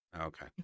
Okay